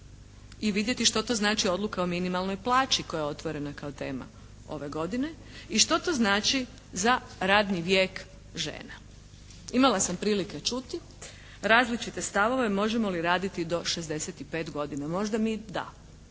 i vidjeti što to znači odluka o minimalnoj plaći koja je otvorena kao tema ove godine. I što to znači za radni vijek žena? Imala sam prilike čuti različite stavove možemo li raditi do 65 godina. Možda mi da.